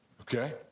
okay